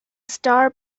star